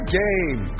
game